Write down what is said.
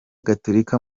gatolika